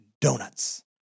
donuts